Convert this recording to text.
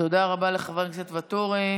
תודה רבה לחבר הכנסת ואטורי.